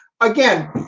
again